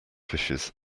fishes